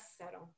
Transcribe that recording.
settle